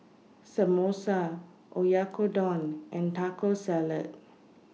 Samosa Oyakodon and Taco Salad